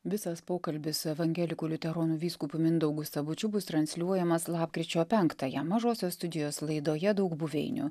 visas pokalbis su evangelikų liuteronų vyskupu mindaugu sabučiu bus transliuojamas lapkričio penktąją mažosios studijos laidoje daug buveinių